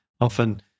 often